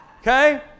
okay